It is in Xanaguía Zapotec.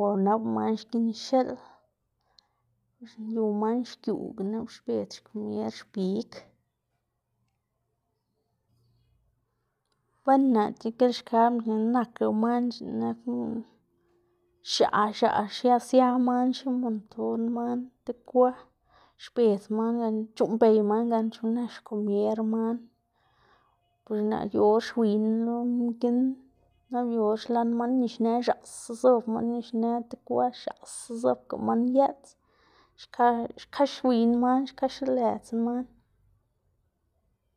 o nap lëꞌ mna xkinxiꞌl yu man xgiuꞌwga nap xbedz xkomier xbig. wenu naꞌ degilxkabná xnená nak yu man x̱iꞌk x̱aꞌ x̱aꞌ xia sia man ximonton man tib kwa, xbedz man gan c̲h̲uꞌnnbey man gan chu nak xkomier man pues naꞌ yu or xwiyná lo mginn nap yu or xlan man nixnë x̱aꞌsa zob man nixnë tib kwa x̱aꞌsa zobga man yeꞌts xka xka xwiyná man xka xlelëdzná man.